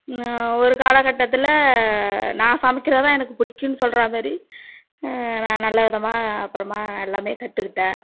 ஒரு காலகட்டத்தில் நான் சமைக்கிறது தான் எனக்கு பிடிக்குனு சொல்றமாரி நான் நல்ல விதமாக அப்புறமா எல்லாமே கற்றுக்கிட்டேன்